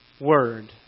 word